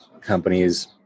companies